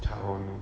他什么名